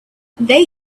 they